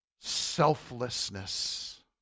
selflessness